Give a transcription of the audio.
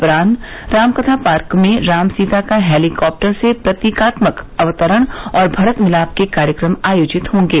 अपरान्ह रामकथा पार्क में राम सीता का हेलीकॉप्टर से प्रतीकात्मक अवतरण और भरत मिलाप के कार्यक्रम आयोजित होंगे